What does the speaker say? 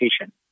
education